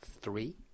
three